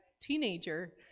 teenager